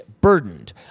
burdened